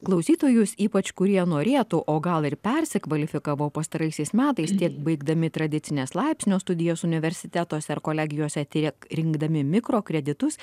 klausytojus ypač kurie norėtų o gal ir persikvalifikavo pastaraisiais metais tiek baigdami tradicines laipsnio studijas universitetuose ar kolegijose tiek rinkdami mikrokreditus